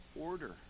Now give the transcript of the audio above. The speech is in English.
order